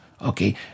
Okay